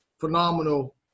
phenomenal